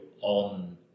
on